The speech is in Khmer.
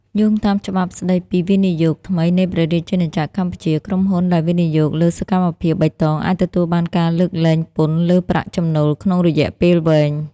យោងតាមច្បាប់ស្ដីពីវិនិយោគថ្មីនៃព្រះរាជាណាចក្រកម្ពុជា ក្រុមហ៊ុនដែលវិនិយោគលើសកម្មភាពបៃតងអាចទទួលបានការលើកលែងពន្ធលើប្រាក់ចំណូលក្នុងរយៈពេលវែង។